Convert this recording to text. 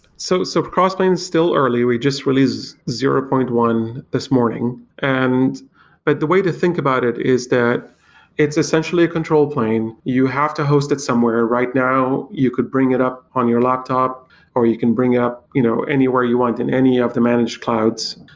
so so crossplane is still early. we just release zero point one this morning, and but the way to think about it is that it's essentially a control plane. you have to host it somewhere. right now you could bring it up on your laptop or you can bring it up you know anywhere you want in any of the managed clouds.